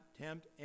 tempt